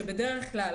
שבדרך כלל